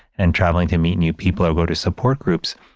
and traveling to meet new people or go to support groups,